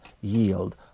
yield